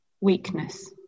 weakness